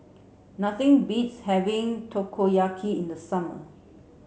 nothing beats having Takoyaki in the summer